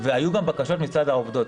היו גם בקשות מצד העובדות.